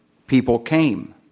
people came.